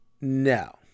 no